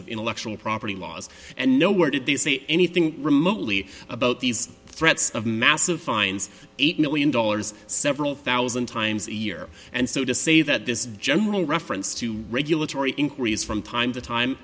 of intellectual property laws and nowhere did they say anything remotely about these threats of massive fines eight million dollars several thousand times a year and so to say that this general reference to regulatory inquiries from time to time